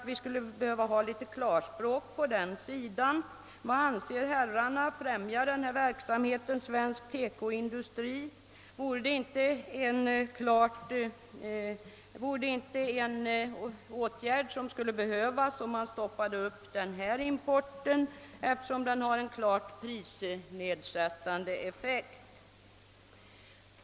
Vi skulle behöva höra klarspråk på den punkten. Vad anser herrarna: Främjar denna verksamhet svensk TEKO-industri? Skulle inte denna import behöva stoppas, eftersom den har en klart prisnedsättande effekt?